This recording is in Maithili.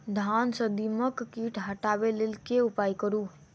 धान सँ दीमक कीट हटाबै लेल केँ उपाय करु?